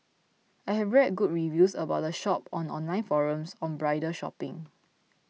I have read good reviews about the shop on online forums on bridal shopping